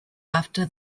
after